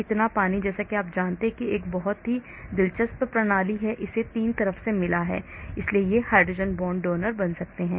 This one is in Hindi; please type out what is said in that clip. इतना पानी जैसा कि आप जानते हैं कि यह एक बहुत ही दिलचस्प प्रणाली है इसे 3 तरफ से मिला है इसलिए ये और हाइड्रोजन बॉन्ड डोनर बन सकते हैं